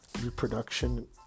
reproduction